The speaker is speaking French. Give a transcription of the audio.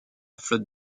flotte